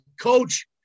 coach